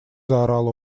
заорал